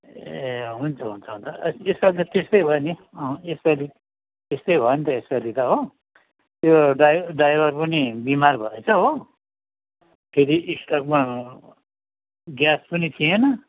ए अँ हुन्छ हुन्छ अन्त यसपालि त त्यस्तै भयो नि यसपालि त्यस्तै भयो नि त यसपालि त हो त्यो ड्राइ ड्राइभर पनि बिमार भएछ हो फेरि स्टकमा ग्यास पनि थिएन